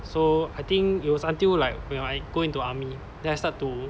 so I think it was until like when I go into army then I start to